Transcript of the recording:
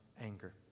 anger